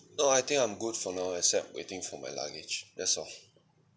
no I think I'm good for now except waiting for my luggage that's all